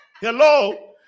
Hello